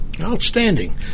Outstanding